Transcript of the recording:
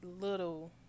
little